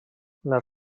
les